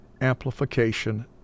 Amplification